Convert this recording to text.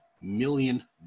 million